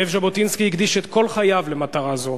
זאב ז'בוטינסקי הקדיש את כל חייו למטרה זו.